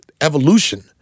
evolution